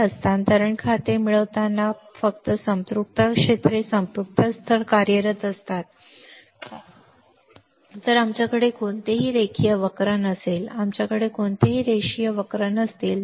तर हस्तांतरण खाते मिळवताना फक्त संपृक्तता क्षेत्रे संपृक्तता स्तर कार्यरत असतात कारण ID k2 तर आमच्याकडे कोणतेही रेखीय वक्र नसतील आमच्याकडे कोणतेही रेषीय वक्र नसतील